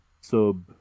sub